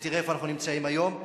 ותראה איפה אנחנו נמצאים היום.